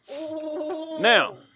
Now